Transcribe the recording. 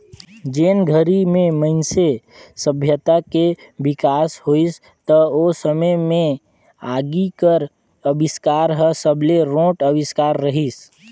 जेन घरी में मइनसे सभ्यता के बिकास होइस त ओ समे में आगी कर अबिस्कार हर सबले रोंट अविस्कार रहीस